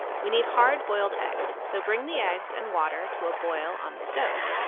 we need hard-boiled eggs so bring the eggs and water to a boil on the stove.